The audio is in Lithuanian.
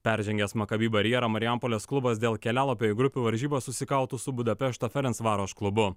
peržengęs maccabi barjerą marijampolės klubas dėl kelialapio į grupių varžybas susikautų su budapešto ferencvaros klubu